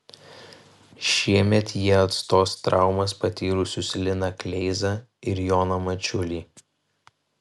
šiemet jie atstos traumas patyrusius liną kleizą ir joną mačiulį